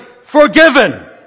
forgiven